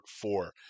four